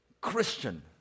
Christian